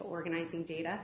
organizing data